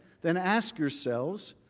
then ask yourselves,